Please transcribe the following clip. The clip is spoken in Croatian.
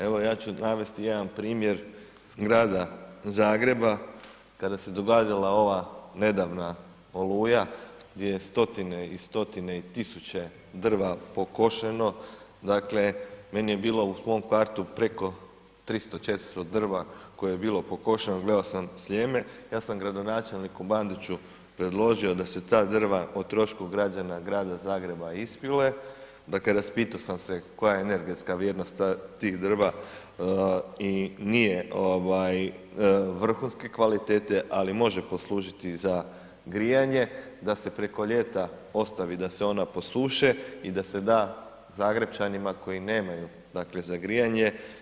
Evo, ja ću navesti jedan primjer Grada Zagreba kada se događala ova nedavna oluja, gdje je 100-tine i 100-tine i 1000 drva pokošeno, dakle meni je bila u mom kvartu preko 300, 400 drva koje je bilo pokošeno, gledo sam Sljeme, ja sam gradonačelniku Bandiću predložio da se ta drva o trošku građana Grada Zagreba ispile, dakle raspitao sam se koja je energetska vrijednost tih drva i nije vrhunske kvalitete, ali može poslužiti za grijanje, da se preko ljeta ostavi da se ona posuše i da se da Zagrepčanima koji nemaju dakle za grijanje.